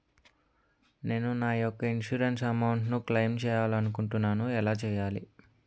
నేను నా యెక్క ఇన్సురెన్స్ అమౌంట్ ను క్లైమ్ చేయాలనుకుంటున్నా ఎలా చేయాలి?